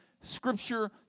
scripture